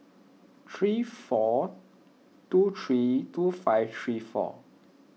three four two three two five three four